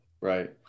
right